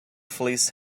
fleece